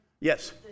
Yes